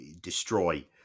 destroy